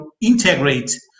integrate